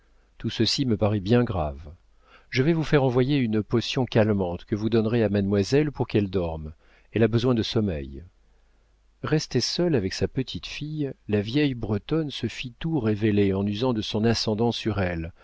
tout ceci me paraît bien grave je vais vous faire envoyer une potion calmante que vous donnerez à mademoiselle pour qu'elle dorme elle a besoin de sommeil restée seule avec sa petite fille la vieille bretonne se fit tout révéler en usant de son ascendant sur elle